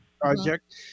project